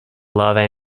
larvae